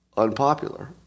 unpopular